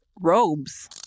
robes